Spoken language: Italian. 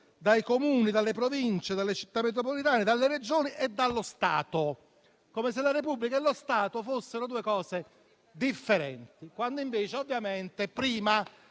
«dai Comuni, dalle Province, dalle Città metropolitane, dalle Regioni e dallo Stato», come se la Repubblica e lo Stato fossero due cose differenti, quando invece prima